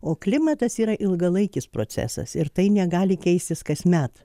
o klimatas yra ilgalaikis procesas ir tai negali keistis kasmet